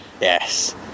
yes